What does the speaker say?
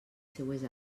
seues